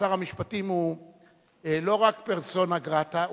שר המשפטים הוא לא רק persona grata,